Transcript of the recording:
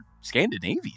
Scandinavian